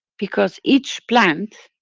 because each plant,